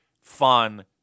fun